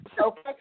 Okay